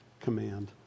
command